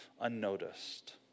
unnoticed